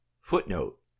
Footnote